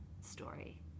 story